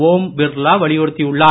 ஒம் பிர்லா வலியுறுத்தியுள்ளார்